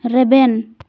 ᱨᱮᱵᱮᱱ